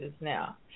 now